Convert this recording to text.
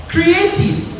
Creative